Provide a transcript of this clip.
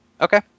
Okay